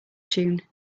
tune